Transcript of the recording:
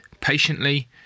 patiently